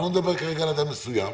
ואני לא מדבר על אדם מסוים,